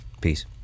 Peace